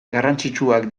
garrantzitsuak